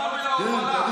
אתה פנוי להובלה, אל תדאג,